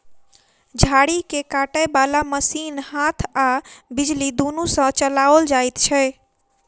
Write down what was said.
झाड़ी के काटय बाला मशीन हाथ आ बिजली दुनू सँ चलाओल जाइत छै